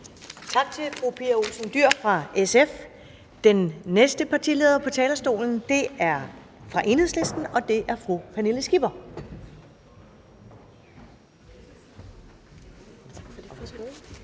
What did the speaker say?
Tak til fru Pia Olsen Dyhr fra SF. Den næste partileder på talerstolen er fra Enhedslisten, og det er fru Pernille Skipper.